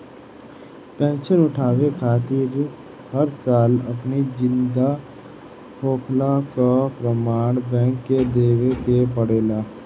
pension उठावे खातिर हर साल अपनी जिंदा होखला कअ प्रमाण बैंक के देवे के पड़ेला